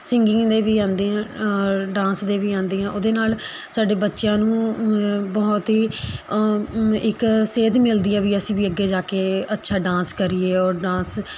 singing ਦੇ ਵੀ ਆਉਂਦੇ ਹੈ ਔਰ ਡਾਂਸ ਦੇ ਵੀ ਆਉਂਦੇ ਹੈ ਉਹਦੇ ਨਾਲ਼ ਸਾਡੇ ਬੱਚਿਆਂ ਨੂੰ ਬਹੁਤ ਹੀ ਇੱਕ ਸੇਧ ਮਿਲਦੀ ਹੈ ਵੀ ਅਸੀਂ ਵੀ ਅੱਗੇ ਜਾ ਕੇ ਅੱਛਾ ਡਾਂਸ ਕਰੀਏ ਔਰ ਡਾਂਸ